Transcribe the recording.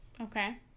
Okay